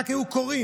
רק היו קוראים,